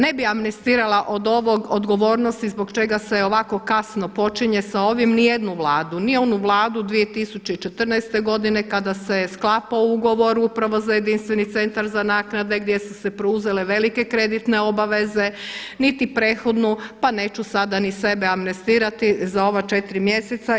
Ne bih amnestirala od ove odgovornosti zbog čega se ovako kasno počinje sa ovim ni jednu Vladu, ni onu Vladu 2014. godine kada se sklapao ugovor upravo za jedinstveni centar za naknade gdje su se preuzele velike kreditne obaveze, niti prethodnu, pa neću sada ni sebe amnestirati za ova četiri mjeseca.